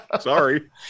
Sorry